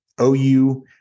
OU